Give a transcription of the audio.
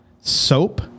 soap